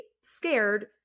scared